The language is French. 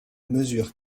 mesure